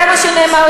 לקריאה ראשונה.